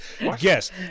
yes